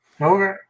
Okay